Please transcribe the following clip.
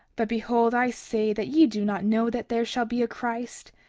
but behold, i say that ye do not know that there shall be a christ.